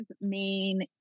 main